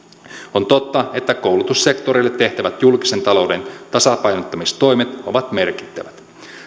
on totta että koulutussektorille tehtävät julkisen talouden tasapainottamistoimet ovat merkittävät